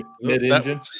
Mid-engine